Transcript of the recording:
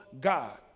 God